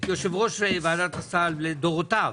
את יושב-ראש ועדת הסל לדורותיו